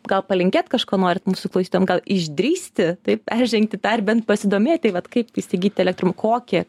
gal palinkėt kažko norit mūsų klausytojam gal išdrįsti taip peržengti tą ar bent pasidomėti vat kaip įsigyt elektro kokį